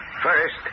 First